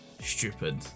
stupid